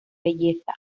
belleza